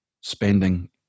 spending